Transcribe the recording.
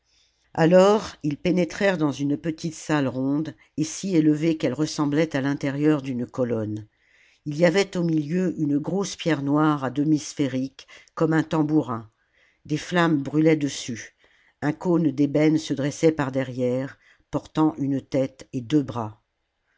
alors ils pénétrèrent dans une petite salle ronde et si élevée qu'elle ressemblait à l'intérieur d'une colonne ii y avait au milieu une grosse pierre noire à demi sphérique comme un tambourin des flammes brûlaient dessus un cône d'ébène se dressait par derrière portant une tête et deux bras